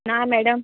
ना मॅडम